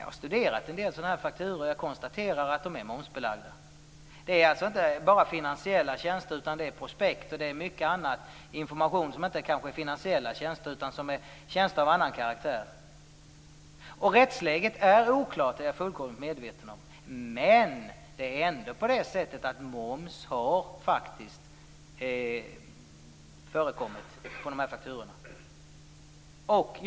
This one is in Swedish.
Jag har studerat en del sådana här fakturor och konstaterar att det också är fråga om momsbelagda tjänster. Det gäller inte bara finansiella tjänster utan också prospekt, information och tjänster av annan karaktär. Jag är fullkomligt medveten om att rättsläget är oklart, men det har ändå förekommit att moms har tagits ut på de här fakturorna.